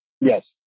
Yes